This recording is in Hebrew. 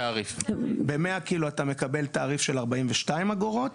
ב-100 קילו אתה מקבל תעריף של 42 אגורות,